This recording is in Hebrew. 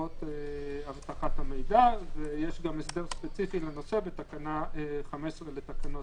בסעיף קטן (ב) או שנודע לה בדרך אחרת על